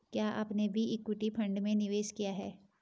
क्या आपने भी इक्विटी फ़ंड में निवेश किया है?